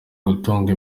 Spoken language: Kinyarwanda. gutunga